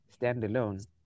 standalone